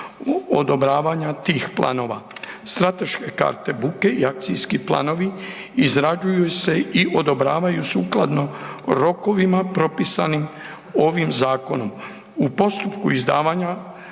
odobravanja tih planova. Strateške karte buke i akcijski planovi izrađuju se i odobravaju sukladno rokovima propisanim ovim zakonom. U postupku izdavanja